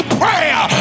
prayer